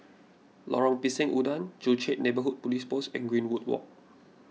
Lorong Pisang Udang Joo Chiat Neighbourhood Police Post and Greenwood Walk